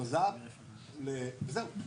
למז"פ וזהו,